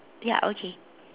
ya okay